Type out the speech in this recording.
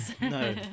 no